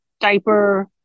diaper